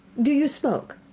do you smoke?